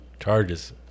charges